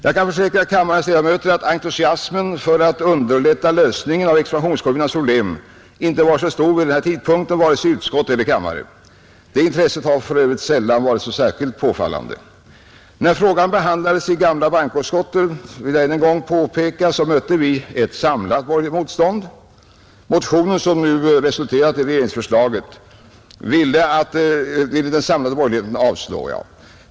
Jag kan försäkra kammarens ledamöter att entusiasmen för att underlätta lösningen av expansionskommunernas problem inte var så stor vid denna tidpunkt vare sig i utskott eller kammare. Detta intresse har för övrigt sällan varit så särdeles påfallande. När frågan behandlades i gamla bankoutskottet mötte vi — jag vill upprepa det — ett samlat borgerligt motstånd. Motionen — som nu resulterat i ett regeringsförslag — ville den samlade borgerligheten avslå.